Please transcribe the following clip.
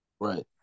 Right